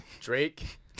Drake